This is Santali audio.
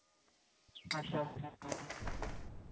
ᱟᱪᱪᱷᱟ ᱦᱮᱸ